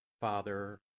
Father